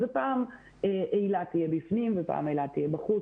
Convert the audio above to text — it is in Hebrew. ופעם אילת תהיה בפנים ופעם אילת תהיה בחוץ